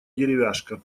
деревяшка